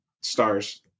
stars